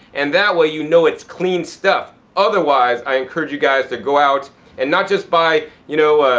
and that way you know it's clean stuff. otherwise i encourage you guys to go out and not just buy, you know,